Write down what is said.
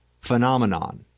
phenomenon